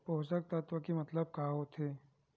पोषक तत्व के मतलब का होथे?